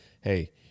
Hey